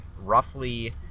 roughly